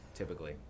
typically